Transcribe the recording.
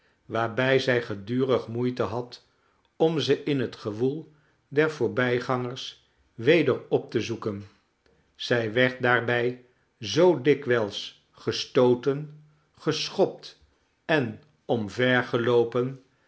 waarbij zij gedurig moeite had om ze in het gewoel der voorbijgangers weder op te zoeken zij werd daarbij zoo dikwijls gestooten geschopt en